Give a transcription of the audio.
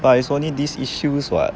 but it's only these issues [what]